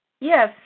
Yes